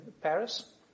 Paris